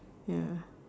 ya